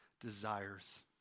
desires